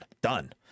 done